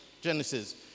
Genesis